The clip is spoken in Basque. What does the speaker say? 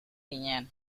ginen